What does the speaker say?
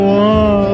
one